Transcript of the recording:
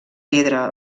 pedra